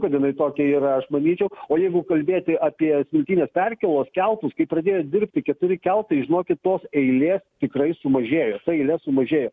kad jinai tokia yra aš manyčiau o jeigu kalbėti apie smiltynės perkėlos keltus kai pradėjo dirbti keturi keltai žinokit tos eilės tikrai sumažėjo ta eilė sumažėjo